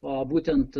o būtent